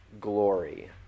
glory